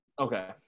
Okay